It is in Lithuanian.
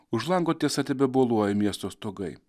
už lango tiesa tebeboluoja miesto stogai